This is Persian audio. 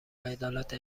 عدالت